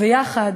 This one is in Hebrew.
ויחד,